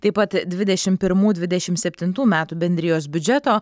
taip pat dvidešim pirmų dvidešim septintų metų bendrijos biudžeto